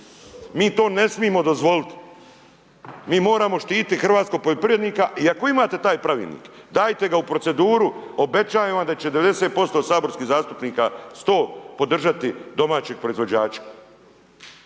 Mi to ne smijemo dozvoliti. Mi moramo štiti hrvatskog poljoprivrednika. I ako imate taj pravilnik, dajte ga u proceduru, obećajem Vam da će 90% saborskih zastupnika, 100, podržati domaćeg proizvođača.